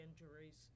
injuries